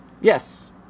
Yes